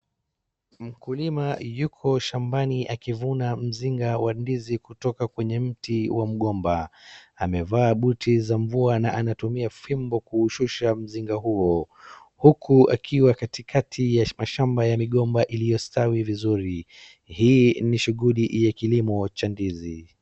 Mkulima yuko shambani akivuna mzinga wa ndizi kutoka kwenye mti wa mgomba amevaa buti za mvua na anatumia fimbo kuushusha mzinga huo huku akiwa katikati ya mashamba ya migomba iliyo stawi vizuri. Hii ni shughuli ya kilimo cha ndizi.